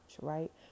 right